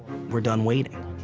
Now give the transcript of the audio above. we're done waiting.